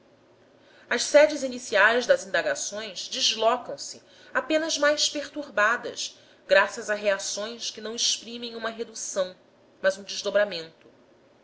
as sedes iniciais das indagações deslocam se apenas mais perturbadas graças a reações que não exprimem uma redução mas um desdobramento